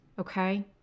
okay